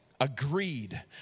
agreed